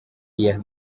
iya